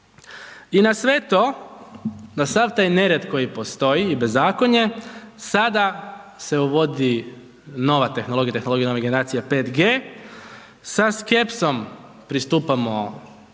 i na sve to, na sav taj nered koji postoji i bezakonje, sada se uvodi nova tehnologija, tehnologija nove generacije 5G. Sa skepsom pristupamo jednoj